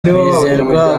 mwizerwa